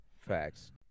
facts